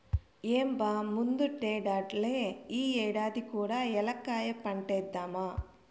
ఏం బా ముందటేడల్లే ఈ ఏడాది కూ ఏలక్కాయ పంటేద్దామా